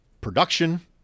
production